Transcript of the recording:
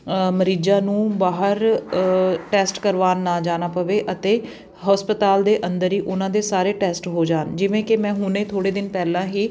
ਮਰੀਜ਼ਾਂ ਨੂੰ ਬਾਹਰ ਟੈਸਟ ਕਰਵਾਉਣ ਨਾ ਜਾਣਾ ਪਵੇ ਅਤੇ ਹਸਪਤਾਲ ਦੇ ਅੰਦਰ ਹੀ ਉਹਨਾਂ ਦੇ ਸਾਰੇ ਟੈਸਟ ਹੋ ਜਾਣ ਜਿਵੇਂ ਕਿ ਮੈਂ ਹੁਣੇ ਥੋੜ੍ਹੇ ਦਿਨ ਪਹਿਲਾਂ ਹੀ